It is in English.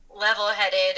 level-headed